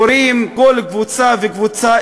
קוראים כל קבוצה וקבוצה,